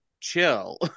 chill